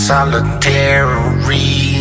Solitary